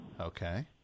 okay